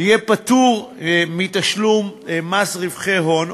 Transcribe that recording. יהיה פטור מתשלום מס רווחי הון,